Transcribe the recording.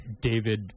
David